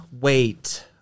Wait